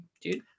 dude